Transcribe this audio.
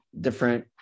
different